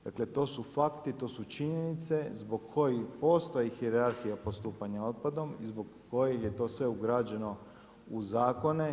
Dakle, to su fakti, to su činjenice zbog kojih postoji hijerarhija postupanja otpadom i zbog kojih je to sve ugrađeno u zakone.